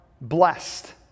blessed